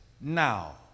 now